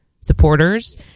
supporters